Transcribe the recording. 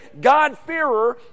God-fearer